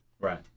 Right